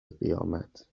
قیامت